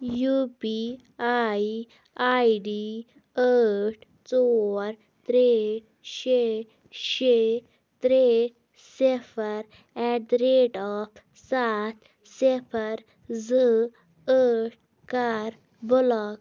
U P I I D ٲٹھ ژور ترٛےٚ شےٚ شےٚ ترٛےٚ صِفر ایٹ دَ ریٹ آف سَتھ صِفر زٕ ٲٹھ کَر بٕلاک